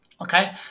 okay